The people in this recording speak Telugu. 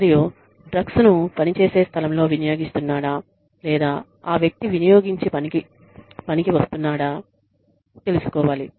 మరియుడ్రగ్స్ ను పని చేసే స్థలంలో వినియోగిస్తున్నాడ లేదా ఆ వ్యక్తి వినియోగించి పని చేయడానికి వస్తున్నాడా తెసులుకోవాలి